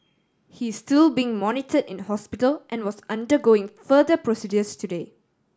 he is still being monitor in hospital and was undergoing further procedures today